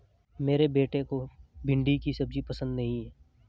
मेरे बेटे को भिंडी की सब्जी पसंद नहीं है